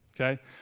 Okay